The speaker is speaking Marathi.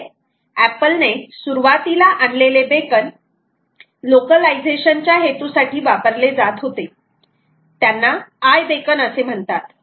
इथे एपल ने सुरुवातीला आणलेले बेकन लोकलायझेशन च्या हेतूसाठी वापरले जात होते त्यांना आय बेकन असे म्हणतात